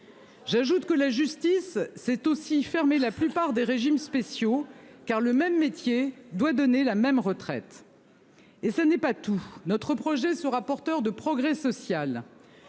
J'ajoute que la justice c'est aussi fermé la plupart des régimes spéciaux car le même métier doit donner la même retraite. Et ce n'est pas tout notre projet sera porteur de progrès social.